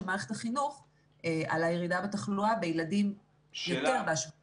מערכת החינוך על הירידה בתחלואה בילדים יותר בהשוואה למבוגרים.